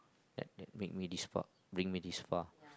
that that make me this far bring me this far